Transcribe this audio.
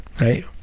right